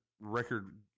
record